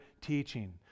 teaching